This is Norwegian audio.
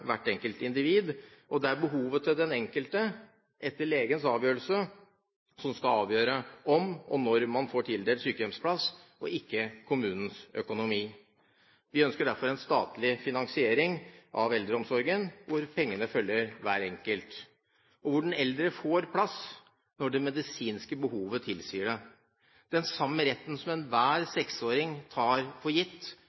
hvert enkelt individ. Det er behovet til den enkelte, etter legens bestemmelse, som skal avgjøre om og når man får tildelt sykehjemsplass, og ikke kommunens økonomi. Vi ønsker derfor en statlig finansiering av eldreomsorgen, hvor pengene følger hver enkelt, og hvor den eldre får plass når det medisinske behovet tilsier det. Den retten som enhver seksåring har til en skoleplass, den samme retten burde enhver